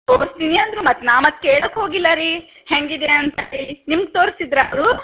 ತೋರಿಸ್ತೀನಿ ಅಂದರು ಮತ್ತು ನಾ ಮತ್ತೆ ಕೇಳಕ್ಕೆ ಹೋಗಿಲ್ಲ ರೀ ಹೇಗಿದಿರಾ ಅಂತ ಹೇಳಿ ನಿಮ್ಗೆ ತೋರಿಸಿದ್ರಾ ಅವರು